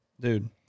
dude